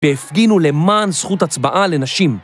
‫והפגינו למען זכות הצבעה לנשים.